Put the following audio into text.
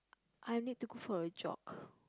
I need to go for a jog